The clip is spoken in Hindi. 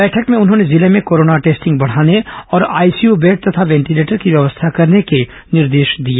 बैठक में उन्होंने जिले में कोरोना टेस्टिंग बढ़ाने और आईसीयू बेड तथा वेंटीलेटर की व्यवस्था करने के निर्देश दिए